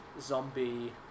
zombie